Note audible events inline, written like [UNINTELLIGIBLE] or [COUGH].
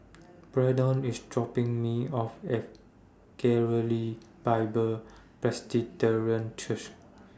Braedon IS dropping Me off At Galilee Bible [UNINTELLIGIBLE] Church